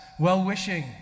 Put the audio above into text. Well-wishing